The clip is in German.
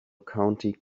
county